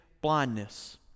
blindness